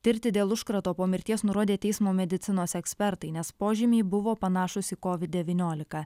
tirti dėl užkrato po mirties nurodė teismo medicinos ekspertai nes požymiai buvo panašūs į covid devyniolika